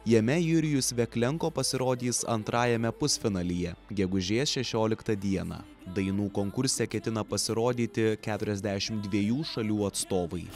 jame jurijus veklenko pasirodys antrajame pusfinalyje gegužės šešioliktą dieną dainų konkurse ketina pasirodyti keturiasdešimt dviejų šalių atstovai